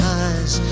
eyes